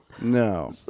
No